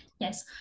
Yes